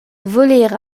voler